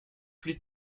plus